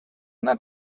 not